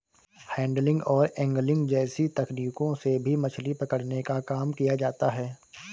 handling और angling जैसी तकनीकों से भी मछली पकड़ने का काम किया जाता है